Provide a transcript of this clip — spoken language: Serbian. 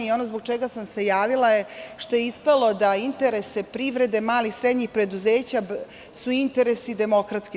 Ono zbog čega sam se javila jeste što je ispalo da su interesi privrede, malih, srednjih preduzeća su interesi DS.